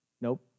Nope